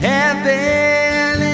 Heaven